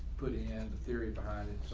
putting in the theory behind it,